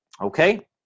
Okay